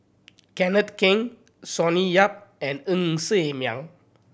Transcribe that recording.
Kenneth Keng Sonny Yap and Ng Ser Miang